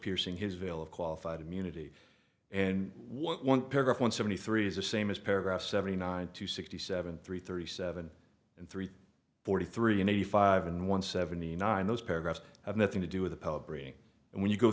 piercing his veil of qualified immunity and what one paragraph one seventy three is the same as paragraph seventy nine to sixty seven three thirty seven and three forty three and eighty five and one seventy nine those paragraphs have nothing to do with bring and when you go